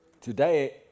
Today